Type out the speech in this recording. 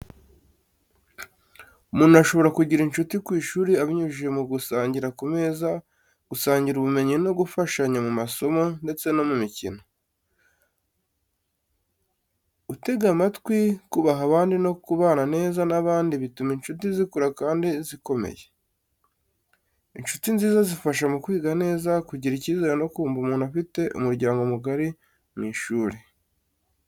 Umuntu ashobora kugira inshuti ku ishuri abinyujije mu gusangira ku meza, gusangira ubumenyi no gufashanya mu masomo ndetse no mu mikino. Gutega amatwi, kubaha abandi no kubana neza n’abandi bituma inshuti zikura kandi zikomeye. Inshuti nziza zifasha mu kwiga neza, kugira icyizere no kumva umuntu afite umuryango mugari mu ishuri.